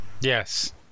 Yes